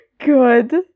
Good